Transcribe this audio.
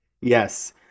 Yes